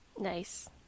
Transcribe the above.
Nice